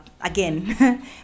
again